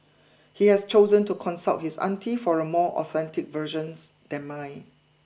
he has chosen to consult his auntie for a more authentic versions than mine